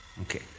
Okay